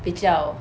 比较